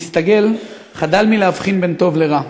המסתגל חדל להבחין בין טוב לרע,